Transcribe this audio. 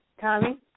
Tommy